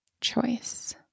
choice